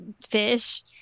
fish